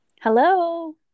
Hello